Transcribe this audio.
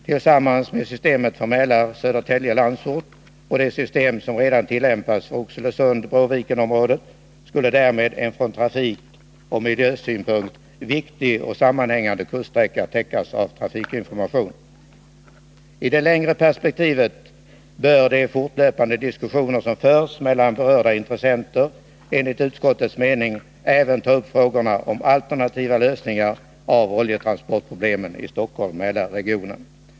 Tillsammans med systemet för Mälaren-Södertälje-Landsort och det system som redan tillämpas för Oxelösund-Bråvikenområdet skulle en från trafikoch miljösynpunkt viktig och sammanhängande kuststräcka täckas av trafikinformation. I det längre perspektivet bör man, enligt utskottets mening, i de fortlöpande diskussioner som kommer att föras mellan berörda intressenter även ta upp frågorna om alternativa lösningar av oljetransportproblemen i Stockholm-Mälarregionen.